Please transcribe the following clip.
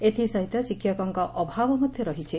ଏଥିସହିତ ଶିକ୍ଷକଙ୍କ ଅଭାବ ମଧ୍ଧ ରହିଛି